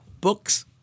books